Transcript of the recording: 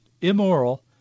immoral